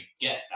get